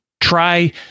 try